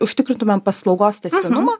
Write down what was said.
užtikrintumėm paslaugos tęstinumą